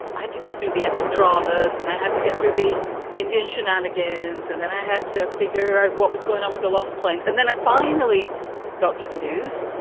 i had to go through the epic dramas and i had to get through the indian shenanigans, and then i had to figure out what was going on with the lost planes. and then i finally got to the news.